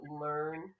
learn